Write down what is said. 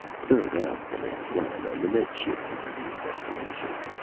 third out from its sun and the med ship's immediate destination.